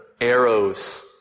arrows